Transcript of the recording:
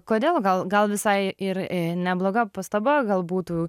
kodėl gal gal visai ir nebloga pastaba gal būtų